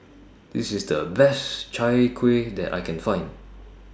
This IS The Best Chai Kuih that I Can Find